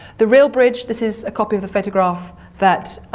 the real bridge, this is a copy of a photograph that